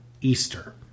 Easter